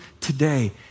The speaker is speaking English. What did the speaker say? today